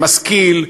משכיל,